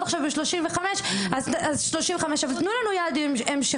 עכשיו ב-35 אז 35. אבל תנו לנו יעד המשכי.